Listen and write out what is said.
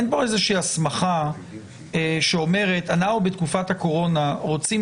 אין פה איזה הסמכה שאומרת שאנחנו בתקופת הקורונה רוצים